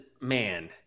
man